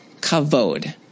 Kavod